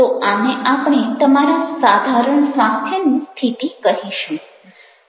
તો આને આપણે તમારા સાધારણ સ્વાસ્થ્યની સ્થિતિ કહીશું